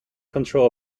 control